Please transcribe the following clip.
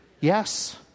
yes